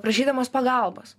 prašydamos pagalbos